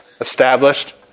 established